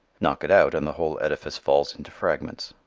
knock it out and the whole edifice falls into fragments.